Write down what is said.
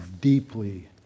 deeply